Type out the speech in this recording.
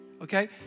Okay